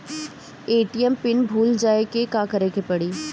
ATM pin भूल जाए पे का करे के पड़ी?